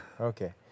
Okay